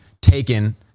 taken